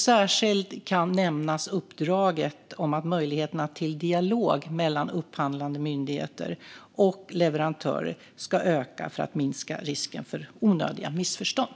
Särskilt kan nämnas uppdraget om att möjligheterna till dialog mellan upphandlande myndigheter och leverantörer ska öka för att minska risken för onödiga missförstånd.